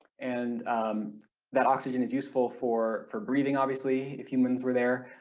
and that oxygen is useful for for breathing obviously if humans were there,